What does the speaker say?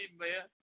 Amen